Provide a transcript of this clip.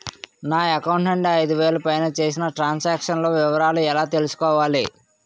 నా అకౌంట్ నుండి ఐదు వేలు పైన చేసిన త్రం సాంక్షన్ లో వివరాలు ఎలా తెలుసుకోవాలి?